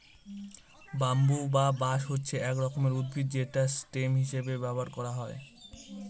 bamboo বা বাঁশ হচ্ছে এক রকমের উদ্ভিদ যেটা স্টেম হিসেবে ব্যবহার করা হয়